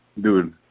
dude